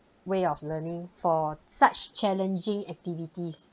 way of learning for such challenging activities